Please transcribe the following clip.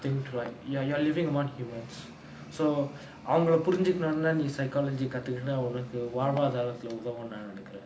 thing right like ya you are living among humans so அவங்கள புரிஞ்சுக்னுனா நீ:avangala purinjuknunaa nee psychology கத்துகுனா எனக்கு வாழ்வாதாரத்துல உதவும் நா நெனைக்குற:kathukunaa enakku vaalvaathaarathula uthavum nenaikkura